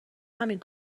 همین